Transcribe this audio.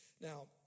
Now